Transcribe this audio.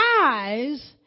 eyes